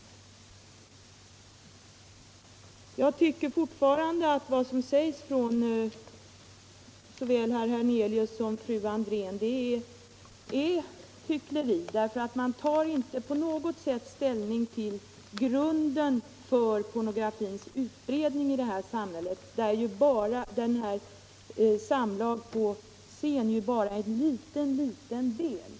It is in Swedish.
130 Jag tycker fortfarande att det som herr Hernelius och fru André säger innebär hyckleri; de tar inte på något sätt ställning till frågan om grunden för pornografins utbredning i det här samhället — frågan om samlag på scen är ju bara en liten del av det hela.